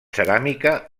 ceràmica